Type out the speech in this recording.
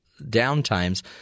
downtimes